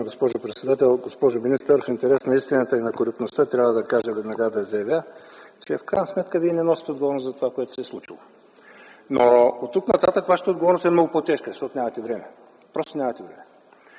госпожо председател! Госпожо министър, в интерес на истината и на коректността трябва веднага да заявя, че в крайна сметка Вие не носите отговорност за това, което се е случило, но оттук нататък Вашата отговорност е много по-тежка, защото нямате време. Просто нямате време!